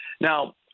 Now